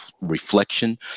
reflection